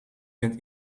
bent